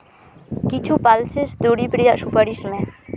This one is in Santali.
ᱠᱤᱪᱷᱩ ᱯᱟᱞᱥᱮᱥ ᱫᱩᱨᱤᱵᱽ ᱨᱮᱭᱟᱜ ᱥᱩᱯᱟᱨᱤᱥ ᱢᱮ